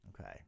Okay